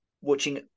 watching